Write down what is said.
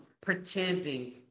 pretending